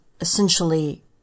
essentially